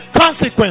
consequence